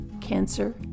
Cancer